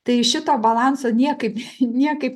tai šito balanso niekaip niekaip